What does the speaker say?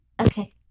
Okay